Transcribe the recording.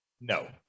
No